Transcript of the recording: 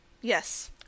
Yes